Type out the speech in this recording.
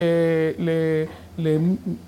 אה... למ...